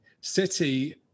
City